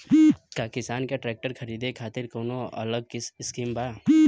का किसान के ट्रैक्टर खरीदे खातिर कौनो अलग स्किम बा?